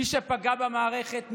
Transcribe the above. מי שפגע במערכת,